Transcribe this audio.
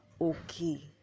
okay